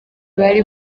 bari